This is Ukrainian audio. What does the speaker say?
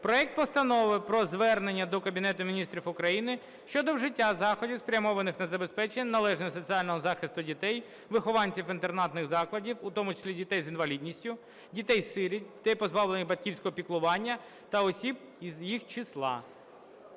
проект Постанови про звернення до Кабінету Міністрів України щодо вжиття заходів, спрямованих на забезпечення належного соціального захисту дітей-вихованців інтернатних закладів, у тому числі дітей з інвалідністю, дітей-сиріт, дітей, позбавлених батьківського піклування, та осіб із їх числа.